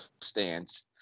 stands